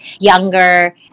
younger